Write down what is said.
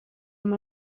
amb